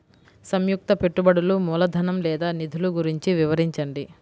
సంయుక్త పెట్టుబడులు మూలధనం లేదా నిధులు గురించి వివరించండి?